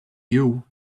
you